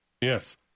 yes